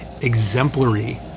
exemplary